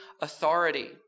authority